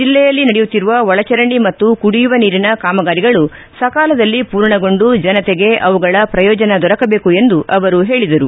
ಜಿಲ್ಲೆಯಲ್ಲಿ ನಡೆಯುತ್ತಿರುವ ಒಳಚರಂಡಿ ಮತ್ತು ಕುಡಿಯುವ ನೀರಿನ ಕಾಮಗಾರಿಗಳು ಸಕಾಲದಲ್ಲಿ ಪೂರ್ಣಗೊಂಡು ಜನತೆಗೆ ಅವುಗಳ ಪ್ರಯೋಜನ ದೊರಕಬೇಕು ಎಂದು ಅವರು ಹೇಳದರು